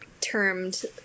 termed